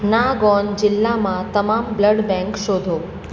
નાગોન જિલ્લામાં તમામ blood bank શોધો